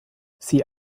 sie